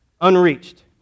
unreached